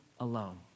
alone